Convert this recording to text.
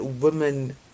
women